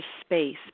space